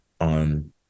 on